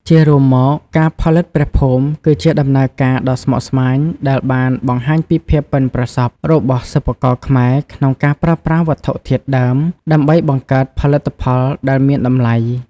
ជារួមមក ការផលិតព្រះភូមិគឺជាដំណើរការដ៏ស្មុគស្មាញដែលបានបង្ហាញពីភាពប៉ិនប្រសប់របស់សិប្បករខ្មែរក្នុងការប្រើប្រាស់វត្ថុធាតុដើមដើម្បីបង្កើតផលិតផលដែលមានតម្លៃ។